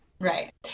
Right